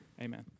amen